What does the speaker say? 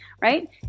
right